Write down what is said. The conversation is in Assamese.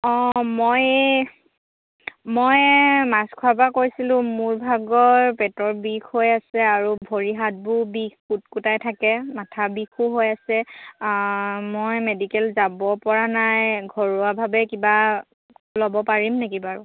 অঁ মই এই মই মাছখোৱাৰপৰা কৈছিলোঁ মোৰ ভাগৰ পেটৰ বিষ হৈ আছে আৰু ভৰি হাতবোৰ বিষ কূট কূটাই থাকে মাথাৰ বিষো হৈ আছে মই মেডিকেল যাবপৰা নাই ঘৰুৱাভাৱে কিবা ল'ব পাৰিম নেকি বাৰু